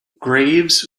graves